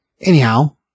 Anyhow